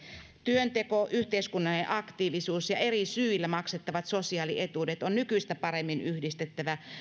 työnteko yhteiskunnallinen aktiivisuus ja eri syillä maksettavat sosiaalietuudet on nykyistä paremmin yhdistettävä